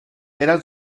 eran